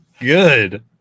good